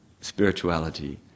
spirituality